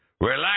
relax